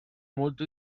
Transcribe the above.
molto